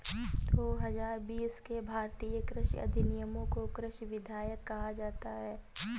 दो हजार बीस के भारतीय कृषि अधिनियमों को कृषि विधेयक कहा जाता है